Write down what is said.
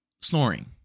Snoring